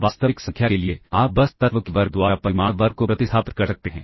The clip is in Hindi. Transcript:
वास्तविक संख्या के लिए आप बस तत्व के वर्ग द्वारा परिमाण वर्ग को प्रतिस्थापित कर सकते हैं